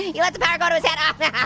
he lets the power go to his head. ah yeah